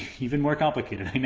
even more complected,